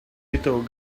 little